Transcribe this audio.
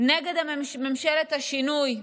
נגד ממשלת השינוי,